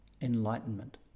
enlightenment